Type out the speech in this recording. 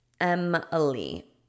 Emily